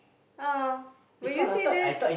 uh will you say that